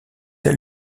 elle